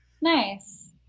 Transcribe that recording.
Nice